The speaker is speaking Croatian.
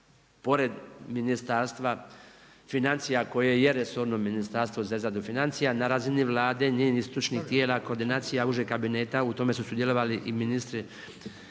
pored Ministarstva financija koje je resorno ministarstvo za izradu financija na razini Vlade, njenih stručnih tijela, koordinacija, Užeg kabineta u tome su sudjelovali i ministri